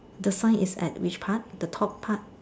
the sign is at which part the top part